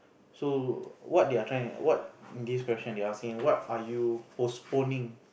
so what they are trying what this question they asking what are you postponing